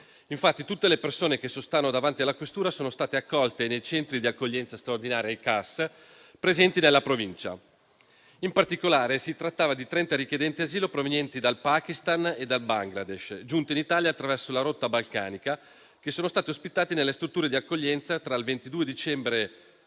Infatti, tutte le persone che sostavano davanti alla questura sono state accolte nei centri di accoglienza straordinaria, i CAS, presenti nella provincia. In particolare, si trattava di 30 richiedenti asilo provenienti dal Pakistan e dal Bangladesh, giunti in Italia attraverso la rotta balcanica, che sono stati ospitati nelle strutture di accoglienza tra il 22 dicembre